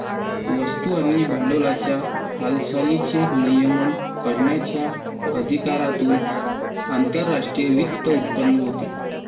वस्तू आणि भांडवलाच्या हालचालींचे नियमन करण्याच्या अधिकारातून आंतरराष्ट्रीय वित्त उत्पन्न होते